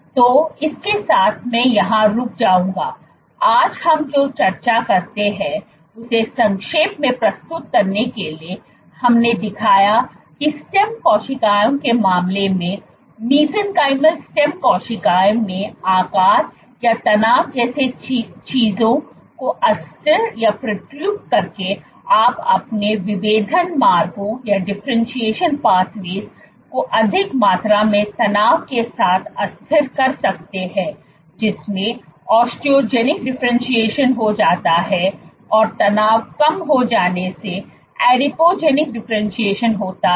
तो इसके साथ मैं यहां रुक जाऊंगा आज हम जो चर्चा करते हैं उसे संक्षेप में प्रस्तुत करने के लिए हमने दिखाया कि स्टेम कोशिकाओं के मामले में मेसेंचिमल स्टेम कोशिकाओं में आकार या तनाव जैसी चीजों को अस्थिर करके आप अपने विभेदन मार्गों को अधिक मात्रा में तनाव के साथ अस्थिर कर सकते हैं जिससे ऑस्टियोजेनिक डिफरेंटशिएशन हो जाता है और तनाव कम हो जाने से आदिपोजेनिक डिफरेंटशिएशन होता है